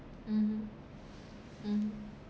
mmhmm mmhmm